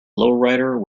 lowrider